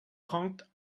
trente